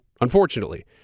unfortunately